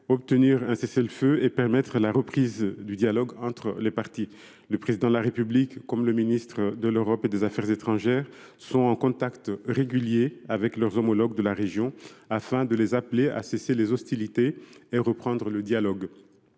obtenir un cessez le feu et permettre la reprise du dialogue entre les parties. Le Président de la République et le ministre de l’Europe et des affaires étrangères sont en contact régulier avec leurs homologues de la région pour les appeler à cesser les hostilités et à reprendre le dialogue.